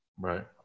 Right